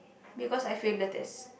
because I fail the test